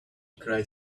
cried